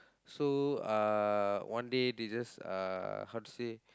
so uh one day they just uh how to say